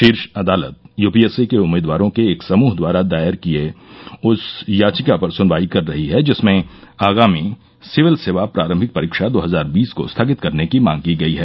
शीर्ष अदालत यूपीएससी के उम्मीदवारों के एक समूह द्वारा दायर उस याचिका पर सुनवाई कर रही है जिसमें आगामी सिविल सेवा प्रारंभिक परीक्षा दो हजार बीस को स्थगित करने की मांग की गई है